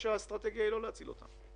או שהאסטרטגיה היא לא להציל אותם.